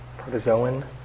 protozoan